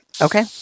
Okay